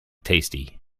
tasty